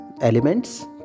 elements